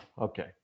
Okay